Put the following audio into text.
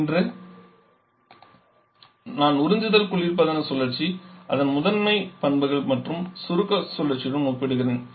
இன்று நான் உறிஞ்சுதல் குளிர்பதன சுழற்சி அதன் முதன்மை பண்புகள் மற்றும் சுருக்க சுழற்சியுடன் ஒப்பிடுகிறேன்